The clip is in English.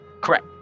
correct